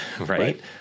right